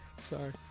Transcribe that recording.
Sorry